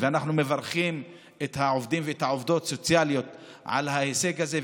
אנחנו מברכים את העובדים ואת העובדות הסוציאליות על ההישג הזה,